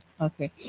Okay